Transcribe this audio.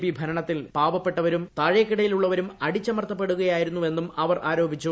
P ഭരണത്തിൽ പാവപ്പെട്ടവരും താഴെക്കിടയിലുള്ളവരും അടിച്ച്മർത്തപ്പെടുകയായിരുന്നുവെന്നും അവർ ആരോപിച്ചു